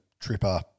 tripper